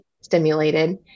stimulated